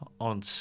on